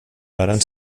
varen